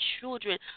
children